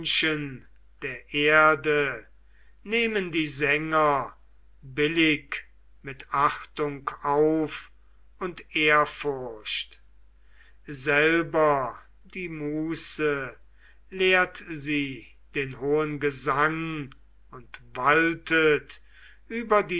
der erde nehmen die sänger billig mit achtung auf und ehrfurcht selber die muse lehrt sie den hohen gesang und waltet über